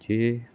જે